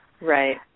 Right